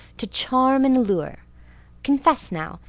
to charm and allure confess now.